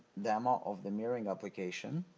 demo of the mirroring application